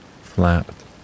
flapped